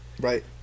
right